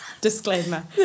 disclaimer